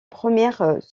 première